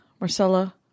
marcella